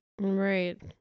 Right